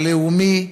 הלאומי.